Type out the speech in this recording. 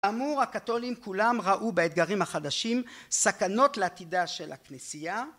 אמור הקתולים כולם ראו באתגרים החדשים סכנות לעתידה של הכנסייה